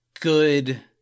good